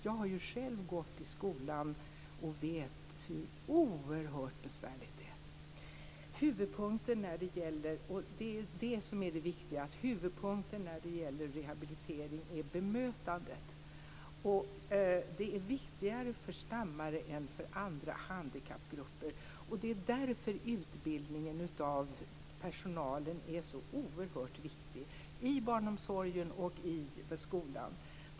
Jag har ju själv gått i skola och vet hur oerhört besvärligt det är. Huvudpunkten när det gäller rehabilitering är just bemötandet. Det är viktigare för stammare än för andra handikappgrupper. Det är därför som utbildning av personalen är så oerhört viktig inom barnomsorgen och skolan.